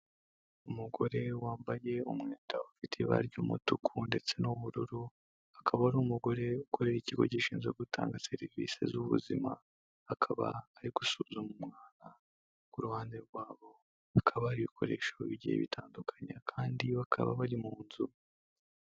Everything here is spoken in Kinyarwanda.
Umugore wambaye umwenda ufite ibara ry'umutuku ndetse n'ubururu, akaba ari umugore ukorera ikigo gishinzwe gutanga serivisi z'ubuzima, akaba ari gusuzuma umwana, ku ruhande rwabo hakaba hari ibikoresho bigiye bitandukanye kandi bakaba bari mu nzu.